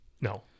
No